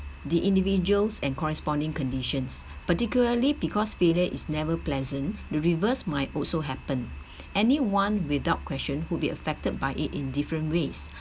the individuals and corresponding conditions particularly because failure is never pleasant the reverse might also happen anyone without question would be affected by it in different ways